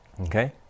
Okay